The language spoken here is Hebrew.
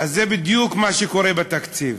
זה בדיוק מה שקורה בתקציב.